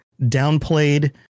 downplayed